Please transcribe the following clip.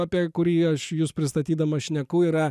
apie kurį aš jus pristatydamas šneku yra